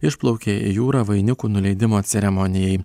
išplaukė į jūrą vainikų nuleidimo ceremonijai